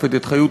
השופטת חיות,